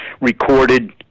recorded